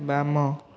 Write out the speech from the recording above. ବାମ